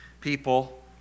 people